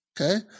okay